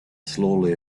slowly